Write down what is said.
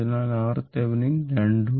അതിനാൽ RThevenin 2 Ω